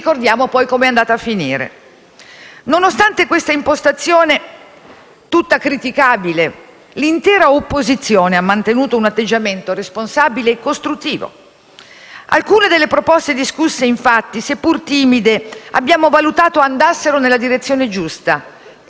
Nonostante questa impostazione tutta criticabile, l'intera opposizione ha mantenuto un atteggiamento responsabile e costruttivo. Alcune delle proposte discusse, infatti, seppur timide, abbiamo valutato andassero nella direzione giusta e le abbiamo sostenute.